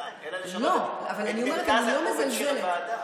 בפוליטיקאים אלא לשנות את מרכז הכובד של הוועדה.